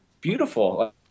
beautiful